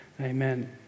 Amen